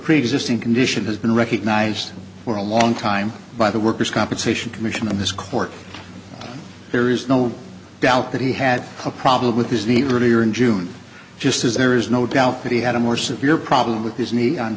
preexisting condition has been recognized for a long time by the workers compensation commission and this court there is no doubt that he had a problem with his the earlier in june just as there is no doubt that he had a more severe problem with his knee on